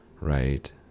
right